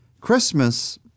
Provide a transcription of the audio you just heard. Christmas